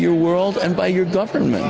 your world and by your government